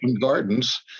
gardens